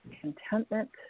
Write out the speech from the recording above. contentment